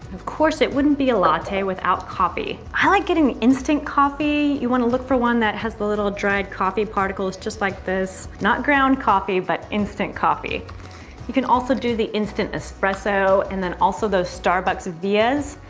of course, it wouldn't be a latte without coffee. i like getting an instant coffee. you want to look for one that has the little dried coffee particles just like this not ground coffee, but instant coffee you can also do the instant espresso and then also those starbucks vias,